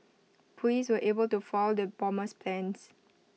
Police were able to foil the bomber's plans